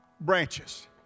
branches